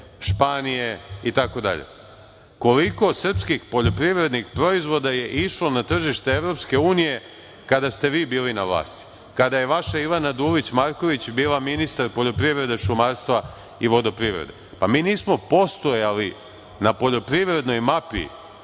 Španije, itd. Koliko srpskih poljoprivrednih proizvoda je išlo na tržište EU, kada ste vi bili na vlasti, kada je vaša Ivana Dulić Marković bila ministar poljoprivrede, vodprivrede i šumarstva ?Mi nismo postojali na poljoprivrednoj mapi